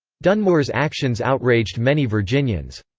dunmore's actions outraged many virginians.